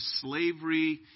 slavery